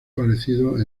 parecidos